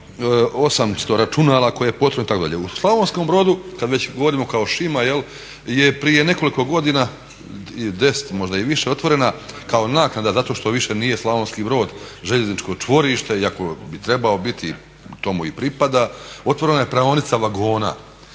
U Slavonskom Brodu, kad već govorimo kao Šima jel' je prije nekoliko godina, 10 možda i više, otvorena kao naknada zato što više nije Slavonski Brod željezničko čvorište iako bi trebao biti i to mu i pripada, otvorena je praonica vagona